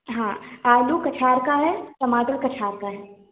हाँ आलू कछार का है टमाटर कछार का है